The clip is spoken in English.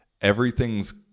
everything's